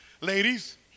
ladies